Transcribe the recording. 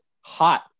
hot